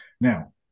Now